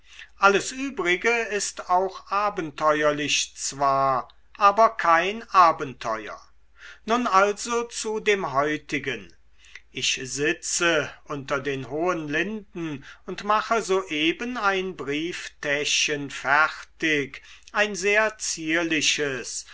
alles übrige ist auch abenteuerlich zwar aber kein abenteuer nun also zu dem heutigen ich sitze unter den hohen linden und mache soeben ein brieftäschchen fertig ein sehr zierliches